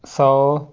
ਸੌ